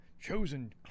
chosen